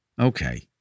Okay